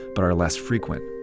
but are less frequent.